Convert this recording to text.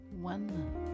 One